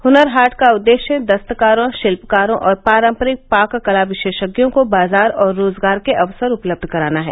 हुनर हाट का उद्देश्य दस्तकारों शिल्पकारों और पारंपरिक पाककला विशेषज्ञों को बाजार और रोजगार के अवसर उपलब्ध कराना है